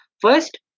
First